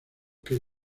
que